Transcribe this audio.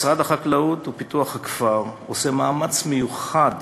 משרד החקלאות ופיתוח הכפר עושה מאמץ מיוחד